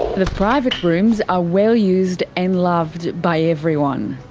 the private rooms are well used and loved by everyone.